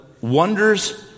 wonders